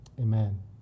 Amen